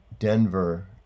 Denver